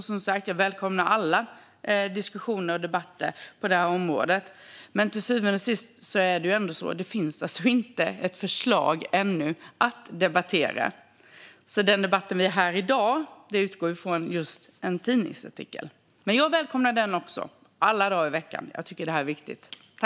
Jag välkomnar som sagt alla diskussioner och debatter på området, men till syvende och sist finns det ännu inget förslag att debattera. Dagens debatt utgår från en tidningsartikel. Men jag välkomnar även den alla dagar i veckan, eftersom jag tycker att ämnet är viktigt.